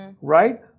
Right